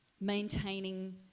maintaining